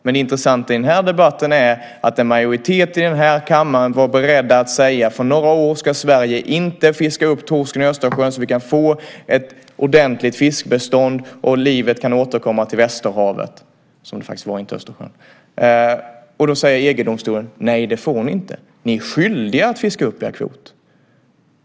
Men det intressanta i den här debatten är att en majoritet i den här kammaren var beredd att säga att under några år ska Sverige inte fiska upp torsken i Östersjön så att vi kan få ett ordentligt fiskbestånd och livet kan återkomma till Västerhavet, som det faktiskt var och inte Östersjön. Då säger EG-domstolen: Nej. Det får ni inte. Ni är skyldiga att fiska upp er kvot.